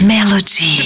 Melody